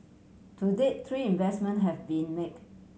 to date three investment have been make